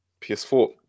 PS4